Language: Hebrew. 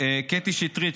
קטי שטרית,